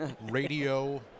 radio